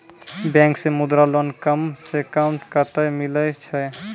Bank से Mudra loan कम सऽ कम कतैय मिलैय छै?